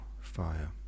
fire